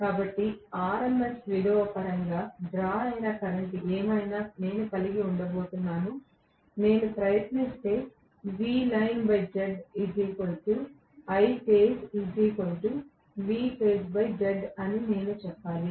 కాబట్టి RMS విలువ పరంగా డ్రా అయిన కరెంట్ ఏమైనా నేను కలిగి ఉండబోతున్నాను నేను ప్రయత్నిస్తే అని నేను చెప్పాలి